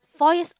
four years